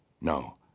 No